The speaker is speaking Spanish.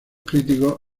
críticos